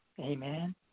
Amen